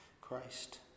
Christ